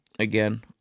Again